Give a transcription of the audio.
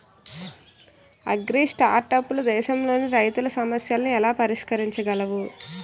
అగ్రిస్టార్టప్లు దేశంలోని రైతుల సమస్యలను ఎలా పరిష్కరించగలవు?